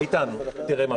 איתן, תראה.